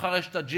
מחר יש ה-G-20,